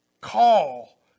call